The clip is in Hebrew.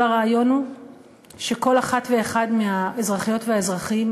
כל הרעיון הוא שכל אחת ואחד מהאזרחיות והאזרחים